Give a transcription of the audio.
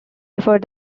before